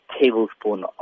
tablespoon